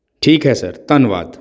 ਠੀਕ ਹੈ ਸਰ ਧੰਨਵਾਦ